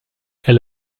elle